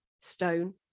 stone